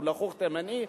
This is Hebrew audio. הוא לחוח תימני,